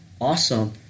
awesome